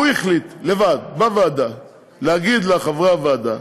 הוא החליט לבד להגיד לחברי הוועדה